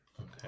Okay